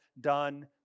done